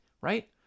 right